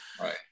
Right